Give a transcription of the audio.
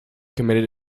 committed